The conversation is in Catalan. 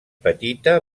petita